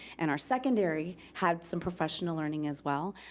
and our secondary had some professional learning as well,